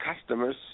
customers